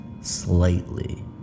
slightly